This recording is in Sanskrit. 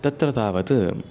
तत्र तावत्